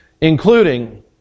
including